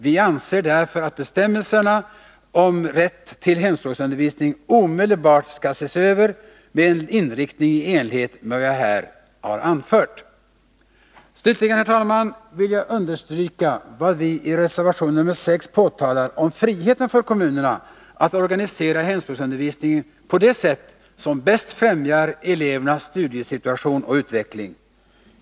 Vi anser därför att bestämmelserna om rätt till hemspråksundervisning omedelbart skall ses över med en inriktning i enlighet med vad jag här anfört. Slutligen, herr talman, vill jag understryka vad vi i reservation 6 säger om friheten för kommunerna att organisera hemspråksundervisningen på det sätt som bäst främjar elevernas studiesituation och utveckling.